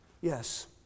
Yes